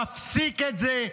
תפסיק את זה.